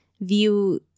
view